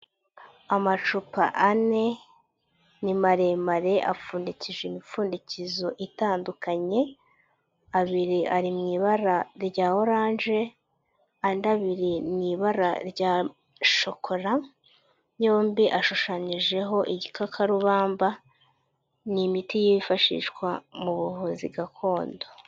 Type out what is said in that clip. Amacupa ane ni maremare apfundikije imipfundikizo itandukanye, abiri ari mu ibara rya oranje andi abiri mu ibara rya shokora yombi ashushanyijeho igikakarubamba, ni imiti yifashishwa mu buvuzi gakondo.